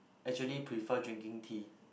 actually prefer drinking tea